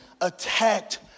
attacked